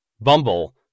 Bumble